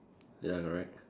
ya correct